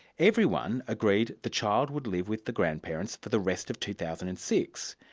everyone agreed the child would live with the grandparents for the rest of two thousand and six.